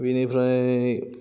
बिनिफ्राय